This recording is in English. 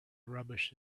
rubbish